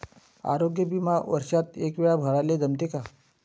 आरोग्य बिमा वर्षात एकवेळा भराले जमते का?